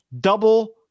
Double